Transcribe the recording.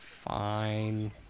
fine